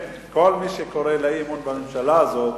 כל מי שקורא לאי-אמון בממשלה הזאת,